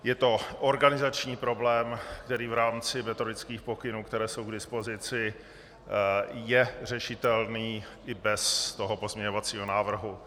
Je to organizační problém, který v rámci metodických pokynů, které jsou k dispozici, je řešitelný i bez pozměňovacího návrhu.